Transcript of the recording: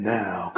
now